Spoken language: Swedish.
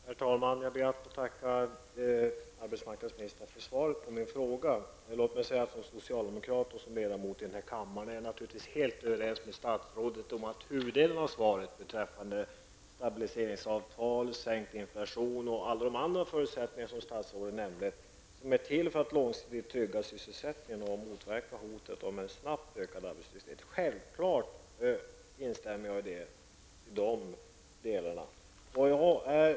Herr talman! Jag ber att få tacka arbetsmarknadsministern för svaret på min fråga. Som socialdemokrat och ledamot av denna kammare är jag naturligtvis helt överens med statsrådet om huvuddelen av svaret, beträffande stabiliseringavtal, sänkt inflation och alla de andra förutsättningar som statsrådet nämnde. Åtgärder i det syftet är till för att långsiktigt trygga sysselsättningen och motverka hotet om en snabbt ökad arbetslöshet. Självfallet instämmer jag i de delarna av svaret.